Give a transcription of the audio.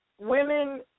women